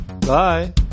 Bye